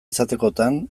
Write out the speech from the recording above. izatekotan